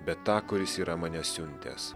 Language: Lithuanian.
bet tą kuris yra mane siuntęs